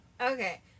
Okay